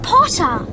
Potter